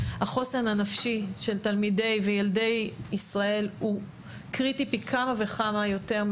החוסן הנפשי של תלמידי וילדי ישראל הוא קריטי פי כמה וכמה יותר,